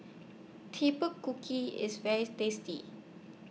Kuki IS very tasty